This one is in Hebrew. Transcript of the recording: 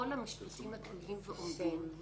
כל המשפטים התלויים ועומדים,